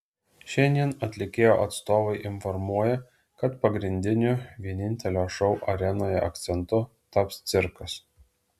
šiandien atlikėjo atstovai informuoja kad pagrindiniu vienintelio šou arenoje akcentu taps cirkas